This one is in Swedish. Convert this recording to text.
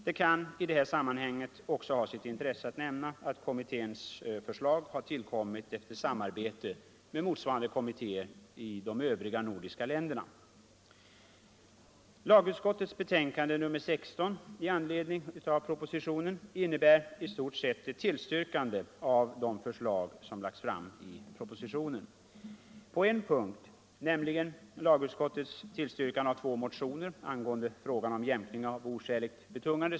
Det kan i det här sammanhanget också ha sitt intresse att nämna att kommitténs förslag har tillkommit efter samarbete med motsvarande kommittéer i de övriga nordiska länderna.